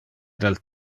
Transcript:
del